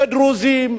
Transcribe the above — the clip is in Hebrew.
לדרוזים,